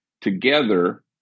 Together